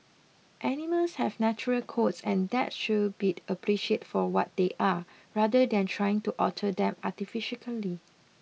animals have natural coats and that should be appreciate for what they are rather than trying to alter them artificially